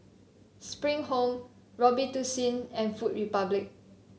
Spring Home Robitussin and Food Republic